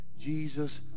Jesus